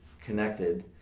connected